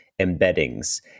embeddings